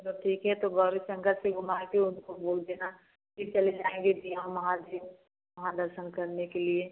चलो ठीक है तो गौरी शंकर से घूमा कर उनको बोल देना कि चले जाएँगे दिया महादेव वहाँ दर्शन करने के लिए